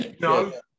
No